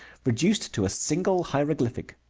reduced to a single hieroglyphic.